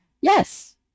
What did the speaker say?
Yes